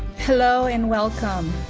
hello, and welcome